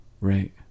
Right